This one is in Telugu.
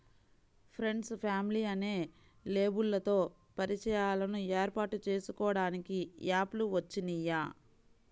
ఫ్రెండ్సు, ఫ్యామిలీ అనే లేబుల్లతో పరిచయాలను ఏర్పాటు చేసుకోడానికి యాప్ లు వచ్చినియ్యి